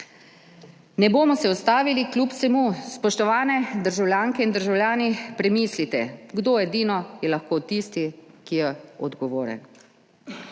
Ne bomo se ustavili, kljub vsemu. Spoštovane državljanke in državljani, premislite kdo edino je lahko tisti, ki je odgovoren.